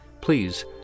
please